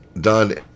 done